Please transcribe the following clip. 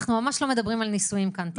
אנחנו ממש לא מדברים על ניסויים כאן.